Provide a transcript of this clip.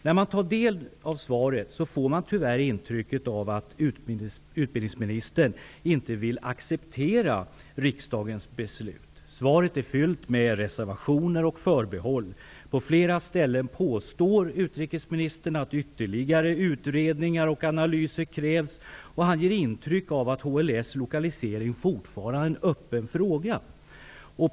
När man tar del av svaret får man tyvärr intrycket att utbildningsministern inte vill acceptera riksdagens beslut. Svaret är fyllt med reservationer och förbehåll. På flera ställen påstår utbildningsministern att ytterligare utredningar och analyser krävs, och han ger intryck av att HLS lokalisering fortfarande är en öppen fråga.